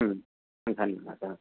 धन्यवादः